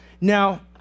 Now